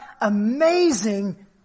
amazing